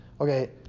Okay